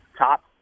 top